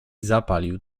zapalił